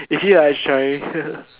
is he like act shy